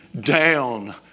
down